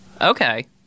Okay